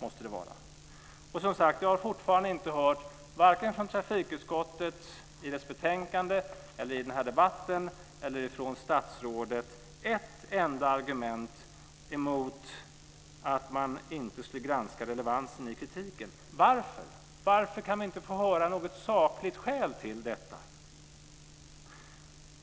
Jag har som sagt fortfarande inte hört, varken från trafikutskottet i dess betänkande eller i den här debatten eller från statsrådet, ett enda argument för att man inte skulle granska relevansen i kritiken. Varför kan vi inte få höra något sakligt skäl till detta?